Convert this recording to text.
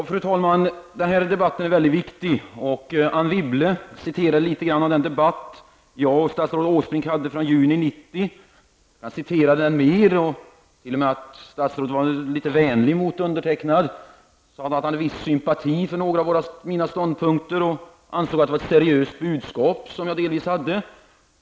Fru talman! Jag har all respekt för det.